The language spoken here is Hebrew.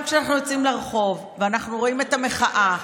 גם כשאנחנו יוצאים לרחוב ורואים את המחאה,